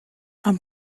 and